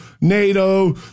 NATO